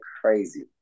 crazy